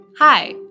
Hi